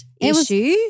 issue